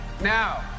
Now